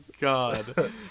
god